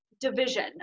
division